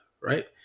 right